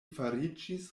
fariĝis